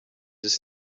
ist